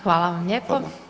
Hvala vam lijepo.